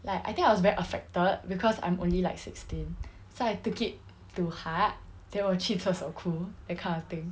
like I think I was very affected because I'm only like sixteen so I take it to heart then 我去厕所哭 that kind of thing